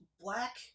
black